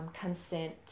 consent